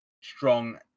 strong